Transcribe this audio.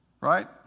right